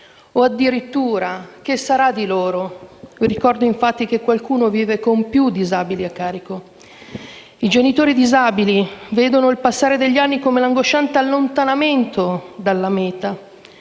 o, addirittura, che sarà di loro? Ricordo infatti che qualcuno vive con più disabili a carico. I genitori disabili vedono il passare degli anni come l'angosciante allontanamento dalla meta,